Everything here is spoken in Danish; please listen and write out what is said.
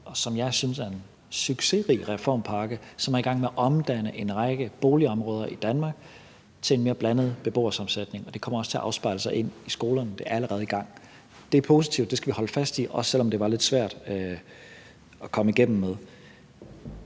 som jeg synes er en succesrig reformpakke, som er i gang med at omdanne en række boligområder i Danmark til en mere blandet beboersammensætning, og det kommer også til at afspejle sig i skolerne. Det er allerede i gang. Det er positivt, og det skal vi holde fast i, også selv om det var lidt svært at komme igennem med.